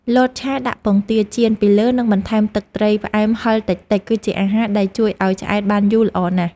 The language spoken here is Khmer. លតឆាដាក់ពងទាចៀនពីលើនិងបន្ថែមទឹកត្រីផ្អែមហឹរតិចៗគឺជាអាហារដែលជួយឱ្យឆ្អែតបានយូរល្អណាស់។